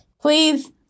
Please